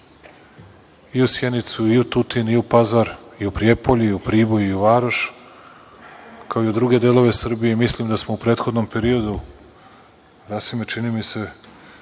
i u Sjenicu, i u Tutin, i u Pazar, i u Prijepolje, i u Priboj, i u Varoš, kao i u druge delove Srbije i mislim da smo u prethodnom periodu, Rasime, čini mi se